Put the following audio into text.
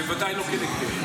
ובוודאי לא כנגדך.